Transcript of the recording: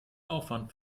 aufwand